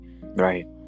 right